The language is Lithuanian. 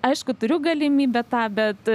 aišku turiu galimybę tą bet